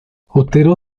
otero